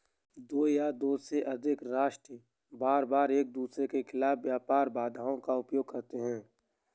दो या दो से अधिक राष्ट्र बारबार एकदूसरे के खिलाफ व्यापार बाधाओं का उपयोग करते हैं